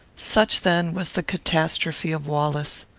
such, then, was the catastrophe of wallace.